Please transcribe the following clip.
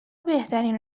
بهترین